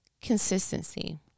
Consistency